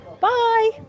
bye